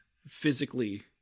Physically